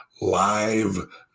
live